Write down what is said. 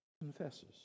confesses